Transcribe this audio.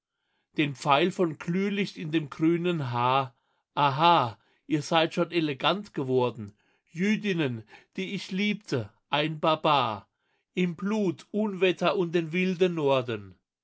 den pfeil von glühlicht in dem grünen haar aha ihr seid schon elegant geworden jüdinnen die ich liebte ein barbar im blut unwetter und den wilden norden